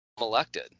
elected